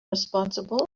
responsible